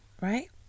right